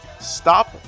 Stop